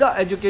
I mean this